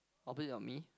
opposite of me